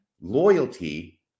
loyalty